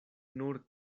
nur